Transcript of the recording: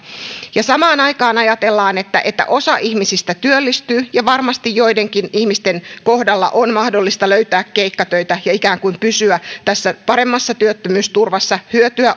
samaan aikaan ajatellaan että että osa ihmisistä työllistyy ja varmasti joidenkin ihmisten kohdalla on mahdollista löytää keikkatöitä ja ikään kuin pysyä tässä paremmassa työttömyysturvassa hyötyä